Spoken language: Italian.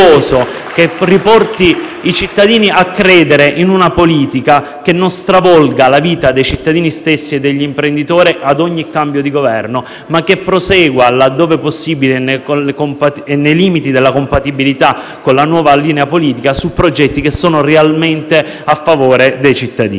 che riporta i cittadini a credere in una politica che non stravolga la loro vita e quella degli imprenditori a ogni cambio di Governo, ma prosegua, laddove possibile, e nei limiti della compatibilità con la nuova linea politica, su progetti realmente a loro favore.